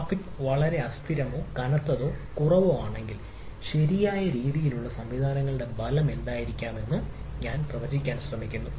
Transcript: traffic വളരെ അസ്ഥിരമോ കനത്തതോ കുറവോ ആണെങ്കിൽ ശരിയായ രീതിയിലുള്ള സംവിധാനങ്ങളുടെ ഫലം എന്തായിരിക്കുമെന്ന് ഞാൻ പ്രവചിക്കാൻ ശ്രമിക്കുന്നു